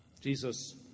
Jesus